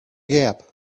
gap